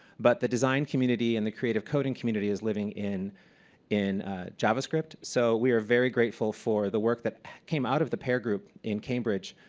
but the design community and creative code and community is living in in javascript, so we are very grateful for the work that came out of the pair group in cambridge,